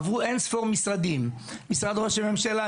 עברו אין-ספור משרדים: משרד ראש הממשלה,